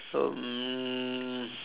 um